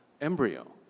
embryo